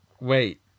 wait